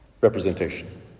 representation